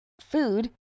food